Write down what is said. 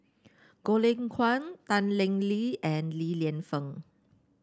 Goh Lay Kuan Tan Lee Leng and Li Lienfung